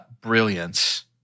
brilliance